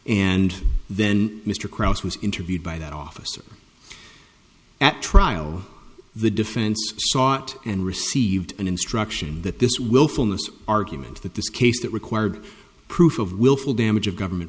and then mr cross was interviewed by that officer at trial the defense sought and received an instruction that this willfulness argument that this case that required proof of willful damage of government